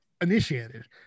initiated